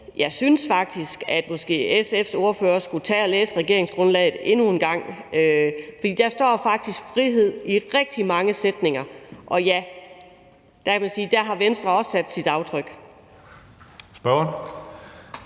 at jeg faktisk synes, at SF's ordfører måske skulle tage at læse regeringsgrundlaget endnu en gang, for der står faktisk »frihed« i rigtig mange sætninger. Og ja, der har Venstre også sat sit aftryk.